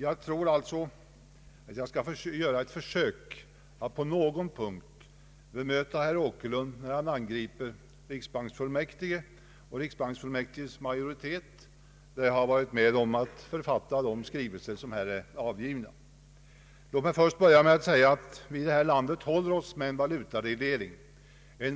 Jag skall göra ett försök att på någon punkt bemöta herr Åkerlund när han angriper riksbanksfullmäktige och riksbanksfullmäktiges majoritet, där jag har varit med om att författa de skrivelser som är avgivna. Låt mig börja med att säga att vi här i landet har en